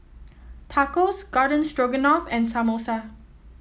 Tacos Garden Stroganoff and Samosa